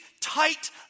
tight